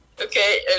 okay